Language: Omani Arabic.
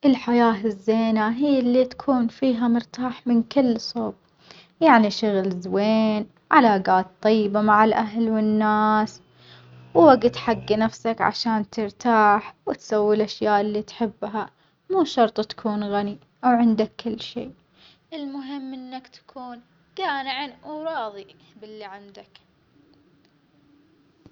عيش حياة جيدة يعني توازن بين الراحة والعمل، إنك تكون راضي عن نفسك، محقق أهدافك، ومحيط نفسك بناس يحبونك ويدعموك. الحياة الجيدة فيها صحة، هدوء، وقناعة، وما تنسى تستمتع بالأشياء الصغيرة مثل قهوة الصبح أو ضحكة مع صديق. الأهم إنك تكون قريب من ربك وعارف قيمة اللحظات اللي تعيشها.